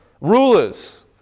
Rulers